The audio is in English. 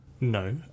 No